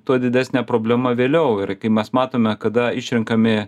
tuo didesnė problema vėliau ir kai mes matome kada išrenkami